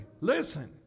Listen